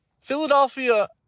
Philadelphia